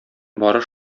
бары